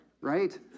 right